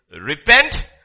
repent